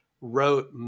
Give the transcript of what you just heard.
wrote